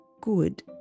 good